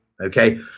Okay